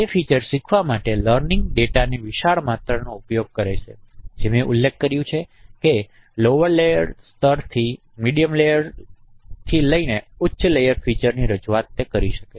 તે ફીચર શીખવા માટે લર્નિંગ ડેટાની વિશાળ માત્રાનો ઉપયોગ કરે છે અને જે મેં ઉલ્લેખ કર્યો છે કે નીચલા સ્તરોથી મધ્યમ સ્તરોથી લઈને ઉચ્ચ સ્તરોની ફીચર રજૂઆત તે કરી શકે છે